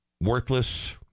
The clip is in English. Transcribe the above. Worthless